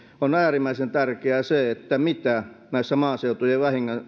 on äärimmäisen tärkeää se mitä näissä maaseutujen